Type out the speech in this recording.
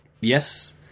Yes